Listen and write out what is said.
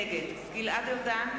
נגד דוד אזולאי,